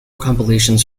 compilations